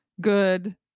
good